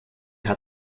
had